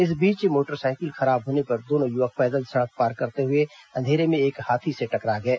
इस बीच मोटरसाइकिल खराब होने पर दोनों युवक पैदल सड़क पार करते हुए अंधेरे में एक हाथी से टकरा गए